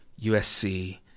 USC